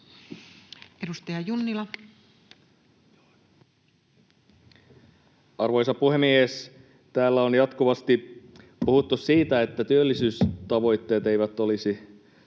20:12 Content: Arvoisa puhemies! Täällä on jatkuvasti puhuttu siitä, että työllisyystavoitteet eivät olisi